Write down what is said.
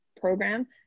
program